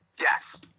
Yes